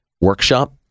workshop